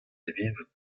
evidout